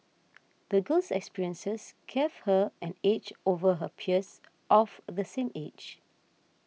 the girl's experiences gave her an edge over her peers of the same age